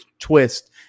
twist